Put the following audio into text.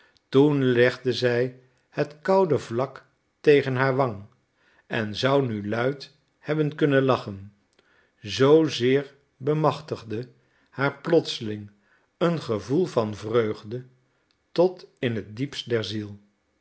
toen legde zij het koude vlak tegen haar wang en zou nu luid hebben kunnen lachen zoozeer bemachtigde haar plotseling een gevoel van vreugde tot in het diepst